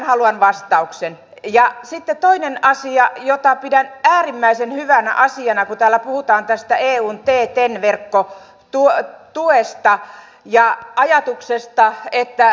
edustajat jarva ja sitten toinen asia jota pidän äärimmäisen hyvänä asiana täällä puhutaan tästä eun kari ottivat äsken esille eussa suunnitellun asedirektiivin